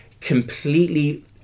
completely